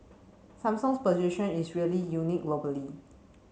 Samsung's position is really unique globally